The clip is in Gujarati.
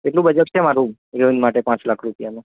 એટલું બજેટ છે મારુ હિરોઈન માટે પાંચ લાખ રૂપિયાનું